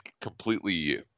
completely